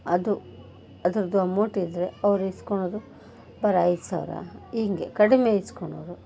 ಅದು ಅದರದ್ದು ಅಮೌಂಟ್ ಇದ್ದರೆ ಅವ್ರು ಇಸ್ಕೊಳೋದು ಬರೀ ಐದು ಸಾವಿರ ಹೀಗೆ ಕಡಿಮೆ ಇಸ್ಕೊಳೋರು